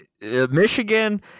Michigan